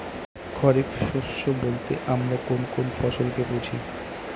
খরিফ শস্য বলতে আমরা কোন কোন ফসল কে বুঝি?